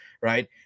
right